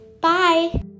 Bye